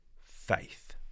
faith